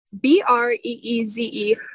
b-r-e-e-z-e